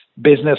business